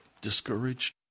discouraged